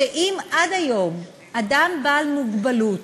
שאם עד היום אדם בעל מגבלות,